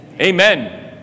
amen